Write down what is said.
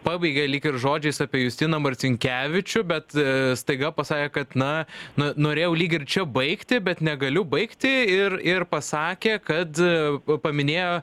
pabaigė lyg ir žodžiais apie justiną marcinkevičių bet staiga pasakė kad na nu norėjau lyg ir čia baigti bet negaliu baigti ir ir pasakė kad paminėjo